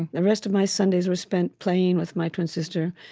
the rest of my sundays were spent playing with my twin sister,